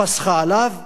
פסחה עליו ומעליו.